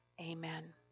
amen